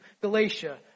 Galatia